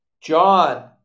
John